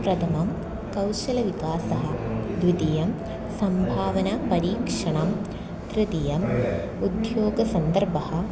प्रथमं कौशलविकासः द्वितीयं सम्भावनापरीक्षणं तृतीयम् उद्योगसन्दर्भः